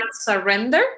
surrender